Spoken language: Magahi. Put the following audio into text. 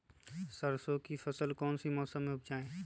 सरसों की फसल कौन से मौसम में उपजाए?